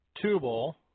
Tubal